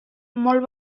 molt